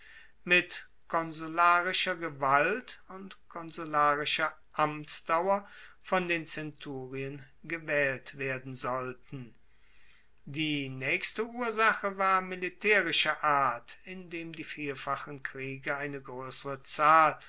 mit konsularischer gewalt und konsularischer amtsdauer von den zenturien gewaehlt werden sollten die naechste ursache war militaerischer art indem die vielfachen kriege eine groessere zahl